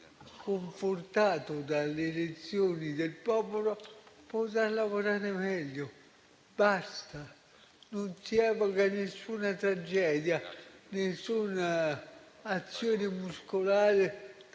confortato dalle elezioni del popolo, potrà lavorare meglio. Basta: non si evoca nessuna tragedia, nessuna azione muscolare